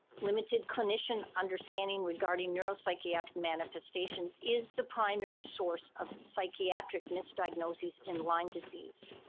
limited clinician understanding regarding neuropsychiatric manifestation is the primary source of psychiatric misdiagnosis in lyme disease.